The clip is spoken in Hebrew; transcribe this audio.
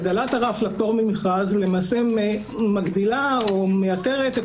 הגדלת הרף לפטור ממכרז למעשה מגדילה או מייתרת את